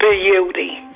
Beauty